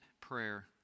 prayer